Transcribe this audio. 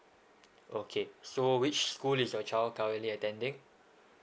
okay so which school is your child currently attending